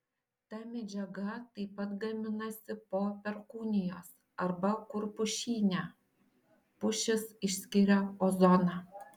ta medžiaga taip pat gaminasi po perkūnijos arba kur pušyne pušys išskiria ozoną